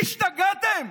השתגעתם?